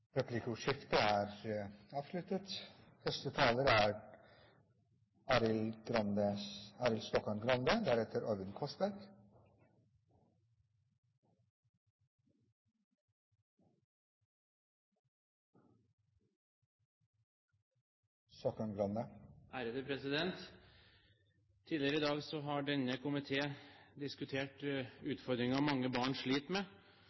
Replikkordskiftet er avsluttet. Tidligere i dag har denne komité diskutert utfordringer mange barn sliter med,